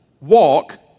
walk